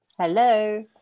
Hello